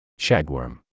Shagworm